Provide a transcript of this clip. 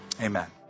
amen